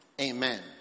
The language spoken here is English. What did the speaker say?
Amen